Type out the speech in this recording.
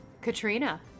Katrina